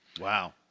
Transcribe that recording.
Wow